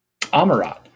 Amarat